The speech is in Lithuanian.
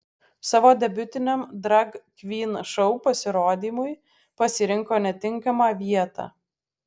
savo debiutiniam drag kvyn šou pasirodymui pasirinko netinkamą vietą